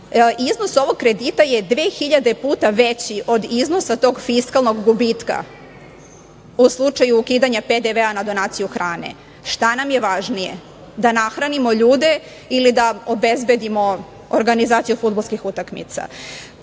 Iznos ovog kredita je dve hiljade puta veći od iznosa tog fiskalnog gubitka u slučaju ukidanja PDV na donaciju hrane. Šta nam je važnije? Da nahranimo ljude ili da obezbedimo organizaciju fudbalskih utakmica? Možemo